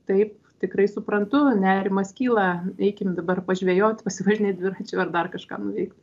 taip tikrai suprantu nerimas kyla eikim dabar pažvejot pasivažinėt dviračiu ar dar kažką nuveikt